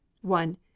one